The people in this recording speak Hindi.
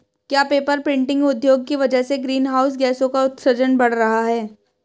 क्या पेपर प्रिंटिंग उद्योग की वजह से ग्रीन हाउस गैसों का उत्सर्जन बढ़ रहा है?